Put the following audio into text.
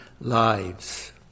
lives